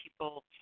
people